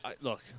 Look